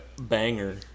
banger